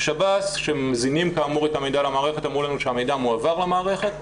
שב"ס שמזינים כאמור את המידע למערכת אומרים לנו שהמידע מועבר למערכת,